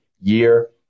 year